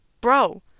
Bro